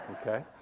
okay